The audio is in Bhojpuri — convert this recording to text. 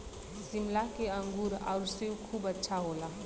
शिमला के अंगूर आउर सेब खूब अच्छा होला